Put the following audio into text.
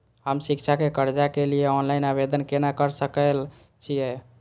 हम शिक्षा के कर्जा के लिय ऑनलाइन आवेदन केना कर सकल छियै?